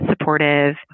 supportive